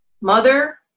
mother